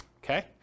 Okay